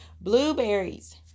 Blueberries